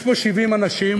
יש פה 70 אנשים,